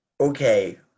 Okay